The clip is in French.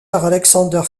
alexander